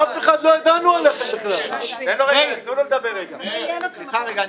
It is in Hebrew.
לא עניין אתכם --- סליחה רגע,